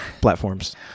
platforms